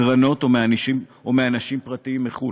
מקרנות או מאנשים פרטיים מחו"ל?